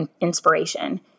inspiration